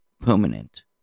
permanent